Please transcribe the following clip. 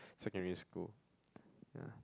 secondary school yeah